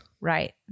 Right